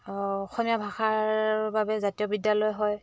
অসমীয়া ভাষাৰ বাবে জাতীয় বিদ্যালয় হয়